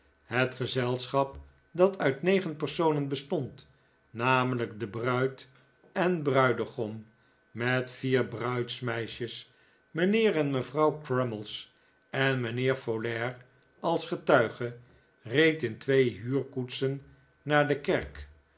het gezelschap dat uit negen personen bestond namelijk de bruid en bruidegom met vier bruidsmeisjes mijnheer en mevrouw crummies en mijnheer folair als getuige reed in twee huurkoetsen naar de kerk